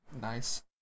nice